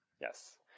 yes